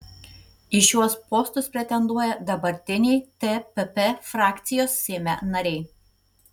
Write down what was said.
į šiuos postus pretenduoja dabartiniai tpp frakcijos seime nariai